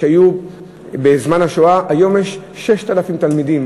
שהיו בזמן השואה, יש 6,000 תלמידים